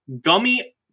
Gummy